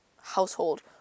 household